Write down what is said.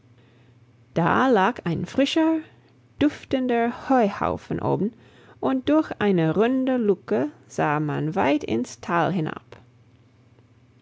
da lag ein frischer duftender heuhaufen oben und durch eine runde luke sah man weit ins tal hinab